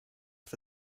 for